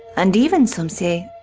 and even, some say,